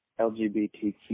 LGBTQ